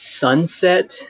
sunset